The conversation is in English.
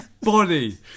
body